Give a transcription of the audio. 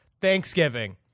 Thanksgiving